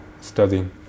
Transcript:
studying